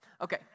Okay